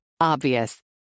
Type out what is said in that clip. obvious